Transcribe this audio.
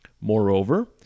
Moreover